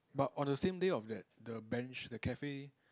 but on the same day of that the bench the cafe